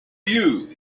you